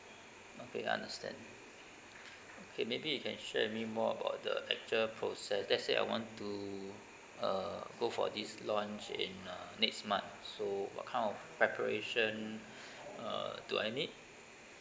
okay understand okay maybe you can share with me more about the actual process let's say I want to uh go for this launch in uh next month so what kind of preparation uh do I need